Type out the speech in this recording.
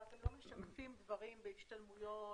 אבל אתם לא משקפים דברים בהשתלמויות,